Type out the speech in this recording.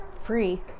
free